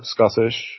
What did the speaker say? Scottish